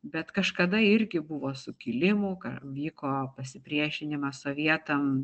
bet kažkada irgi buvo sukilimų vyko pasipriešinimas sovietam